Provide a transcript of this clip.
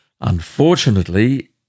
Unfortunately